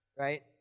Right